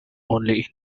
only